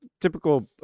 typical